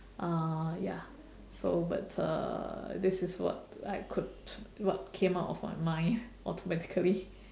uh ya so but uh this is what I could what came out of my mind automatically